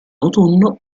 autunno